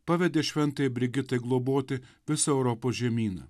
pavedė šventajai brigitai globoti visą europos žemyną